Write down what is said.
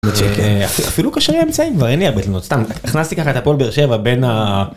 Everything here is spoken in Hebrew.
אפילו כאשר יהיה אמצעים אין לי הרבה תלונות סתם הכנסתי ככה את הפועל באר שבע בין הה.